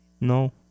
No